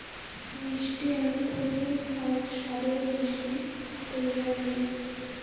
মিষ্টি আলু থাকি ফাইক সাদের মিষ্টি তৈয়ার হই